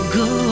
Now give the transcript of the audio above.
go